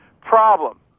problem